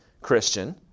Christian